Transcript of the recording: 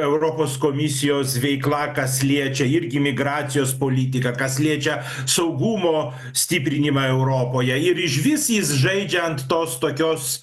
europos komisijos veikla kas liečia irgi migracijos politiką kas liečia saugumo stiprinimą europoje ir išvis jis žaidžia ant tos tokios